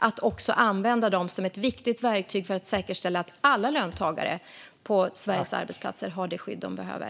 De ska användas som ett viktigt verktyg för att säkerställa att alla löntagare på Sveriges arbetsplatser har det skydd de behöver.